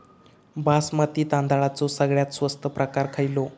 बासमती तांदळाचो सगळ्यात स्वस्त प्रकार खयलो?